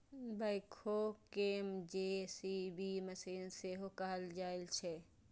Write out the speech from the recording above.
backhoe कें JCB machine सेहो कहल जाइ छै